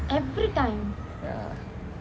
ya